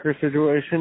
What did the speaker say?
situation